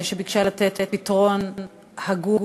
שביקשה לתת פתרון הגון,